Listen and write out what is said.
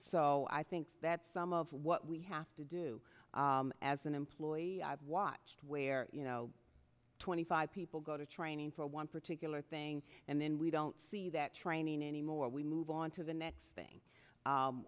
so i think that some of what we have to do as an employee i've watched where you know twenty five people go to training for one particular thing and then we don't see that training anymore we move on to the next thing